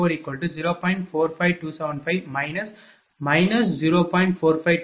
95169 p